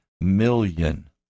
million